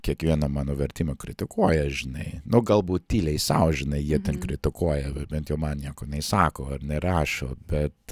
kiekvieną mano vertimą kritikuoja žinai nu galbūt tyliai sau žinai jie ten kritikuoja bent jau man nieko neįsako ir nerašo bet